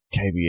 KBS